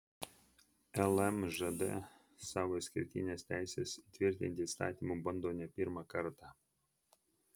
lmžd savo išskirtines teises įtvirtinti įstatymu bando ne pirmą kartą